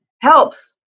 helps